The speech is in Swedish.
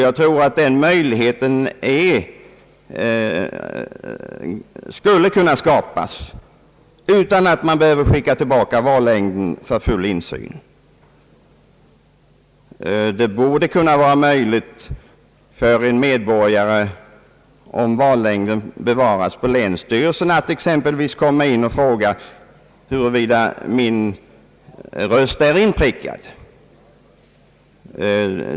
Jag tror att en sådan möjlighet skulle kunna skapas utan att man behöver skicka tillbaka vallängden för full insyn. Det borde vara möjligt för en medborgare att om vallängden exempelvis bevaras på länsstyrelsen vända sig till denna och fråga huruvida vederbörandes egen röst är avprickad.